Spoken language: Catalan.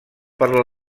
per